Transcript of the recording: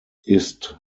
ist